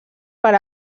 per